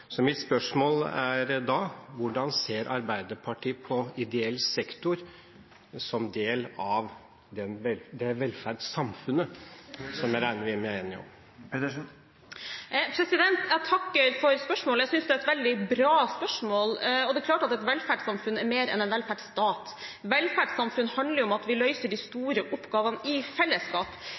Så mitt spørsmål er da: Hvordan ser Arbeiderpartiet på ideell sektor som del av det velferdssamfunnet som jeg regner med at vi er enige om? Jeg takker for spørsmålet. Jeg synes det er et veldig bra spørsmål. Det er klart at et velferdssamfunn er mer enn en velferdsstat. Velferdssamfunn handler om at vi løser de store oppgavene i fellesskap.